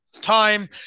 time